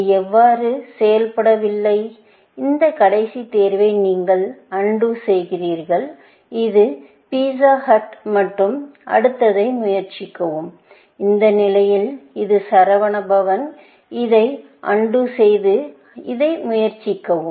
இது அவ்வாறு செயல்பட வில்லை இந்த கடைசி தேர்வை நீங்கள் அன்டூ செய்கிறீர்கள் இது பிஸ்ஸா ஹட் மற்றும் அடுத்ததை முயற்சிக்கவும் இந்த நிலையில் இது சரவானா பவன் இதை அன்டூ செய்து இதை முயற்சிக்கவும்